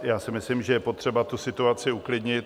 Já si myslím, že je potřeba situaci uklidnit.